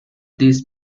these